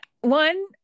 one